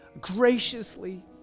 graciously